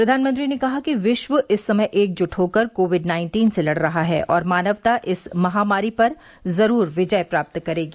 प्रधानमंत्री ने कहा कि विश्व इस समय एकजुट होकर कोविड नाइन्टीन से लड़ रहा है और मानवता इस महामारी पर जरूर विजय प्राप्त करेगी